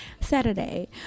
Saturday